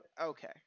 Okay